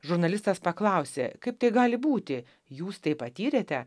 žurnalistas paklausė kaip tai gali būti jūs tai patyrėte